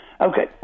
okay